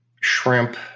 shrimp